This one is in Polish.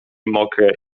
mokre